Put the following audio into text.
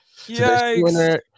Yikes